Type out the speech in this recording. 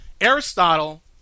Aristotle